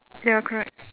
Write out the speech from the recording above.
ya correct